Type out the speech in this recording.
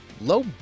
low